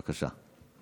בבקשה.